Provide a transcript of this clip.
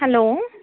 hello